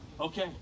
okay